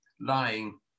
lying